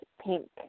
pink